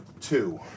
Two